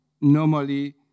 normally